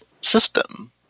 system